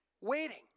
waiting